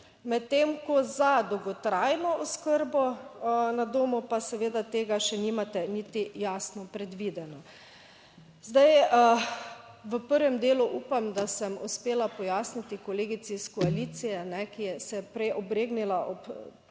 Medtem ko za dolgotrajno oskrbo na domu pa seveda tega še nimate niti jasno predvideno. Zdaj v prvem delu upam, da sem uspela pojasniti kolegici iz koalicije, ki se je prej obregnila ob